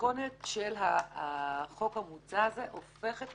המתכונת של החוק המוצע הזה הופכת את